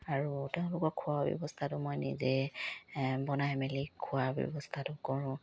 আৰু তেওঁলোকৰ খোৱাৰ ব্যৱস্থাটো মই নিজে বনাই মেলি খোৱাৰ ব্যৱস্থাটো কৰোঁ